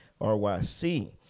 RYC